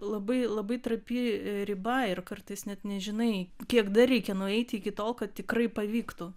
labai labai trapi riba ir kartais net nežinai kiek dar reikia nueiti iki tol kad tikrai pavyktų